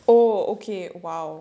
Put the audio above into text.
oh okay !wow!